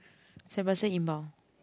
send parcel inbound